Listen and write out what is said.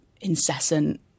incessant